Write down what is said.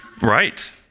right